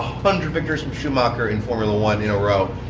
hundred victories from schumacher in formula one in a row.